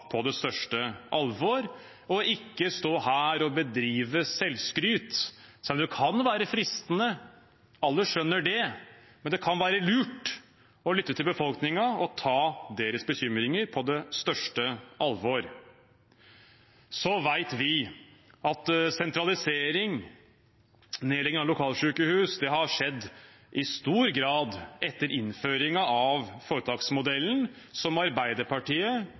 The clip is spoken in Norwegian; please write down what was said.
på det største alvor, og ikke stå her og bedrive selvskryt. Det kan være fristende, alle skjønner det, men det kan være lurt å lytte til befolkningen og ta deres bekymringer på det største alvor. Vi vet at sentralisering og nedlegging av lokalsykehus i stor grad har skjedd etter innføringen av foretaksmodellen, som Arbeiderpartiet,